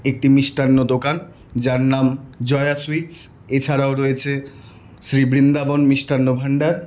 একটি মিষ্টান্ন দোকান যার নাম জয়া সুইটস এছাড়াও রয়েছে শ্রী বৃন্দাবন মিষ্টান্ন ভাণ্ডার